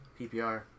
PPR